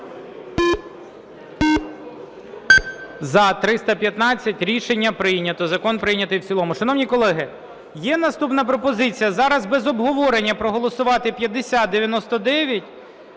За-315 Рішення прийнято. Закон прийнятий в цілому. Шановні колеги, є наступна пропозиція. Зараз без обговорення проголосувати 5099,